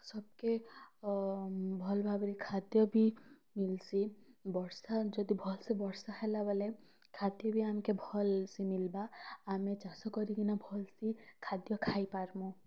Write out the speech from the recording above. ସବ୍କେ ଭଲ୍ ଭାବ୍ରେ ଖାଦ୍ୟ ବି ମିଲ୍ସି ବର୍ଷା ଯଦି ଭଲ୍ ସେ ବର୍ଷା ହେଲା ବୋଲେ ଖାଦ୍ୟ ବି ଆମ୍କେ ଭଲ୍ ସେ ମିଲ୍ବା ଆମେ ଚାଷ କରିକିନା ଭଲ୍ସେ ଖାଦ୍ୟ ଖାଇପାର୍ମୁ